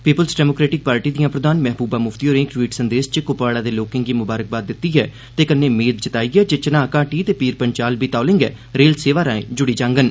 people's Democratic Party दिआं प्रधान महबूबा मुफ्ती होरें इक टवीट् संदेस च कुपवाड़ा दे लोकें गी मुबारक दित्ती ऐ ते कन्नै मेद जताई ऐ जे चिनाब घाटी ते पीर पंचाल बी तौले गै रेल सेवा राएं जुड़ी जाङन